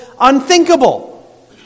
unthinkable